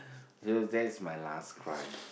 so that's my last cry